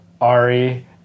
Ari